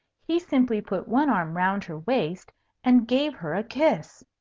he simply put one arm round her waist and gave her a kiss!